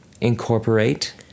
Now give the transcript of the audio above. incorporate